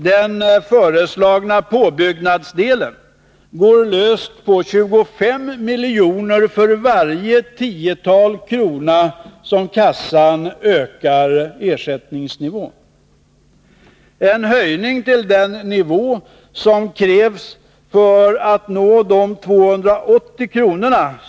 Den föreslagna påbyggnadsdelen går löst på 25 milj.kr. för varje tiotal kronor som kassan ökar ersättningsnivån med. En höjning till den nivå som krävs för att nå de 280 kr.